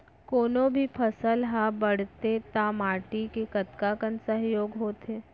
कोनो भी फसल हा बड़थे ता माटी के कतका कन सहयोग होथे?